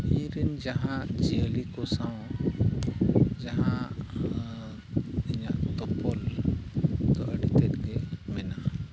ᱵᱤᱨ ᱨᱮᱱ ᱡᱟᱦᱟᱸ ᱡᱤᱭᱟᱹᱞᱤ ᱠᱚ ᱥᱟᱶ ᱡᱟᱦᱟᱸ ᱤᱧᱟᱹᱜ ᱛᱚᱯᱚᱞ ᱫᱚ ᱟᱹᱰᱤ ᱛᱮᱫᱜᱮ ᱢᱮᱱᱟᱜᱼᱟ